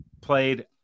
played